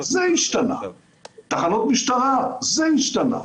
זה השתנה: תחנות משטרה, זה השתנה.